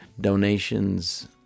donations